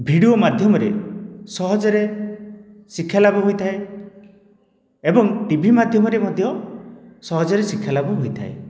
video ମାଧ୍ୟମରେ ସହଜରେ ଶିକ୍ଷା ଲାଭ ହୋଇଥାଏ ଏବଂ ଟିଭି ମାଧ୍ୟମରେ ମଧ୍ୟ ସହଜରେ ଶିକ୍ଷା ଲାଭ ହୋଇଥାଏ